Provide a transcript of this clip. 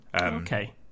Okay